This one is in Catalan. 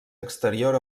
exterior